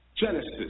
Genesis